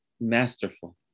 masterful